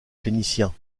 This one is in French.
phénicien